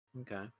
Okay